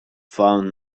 found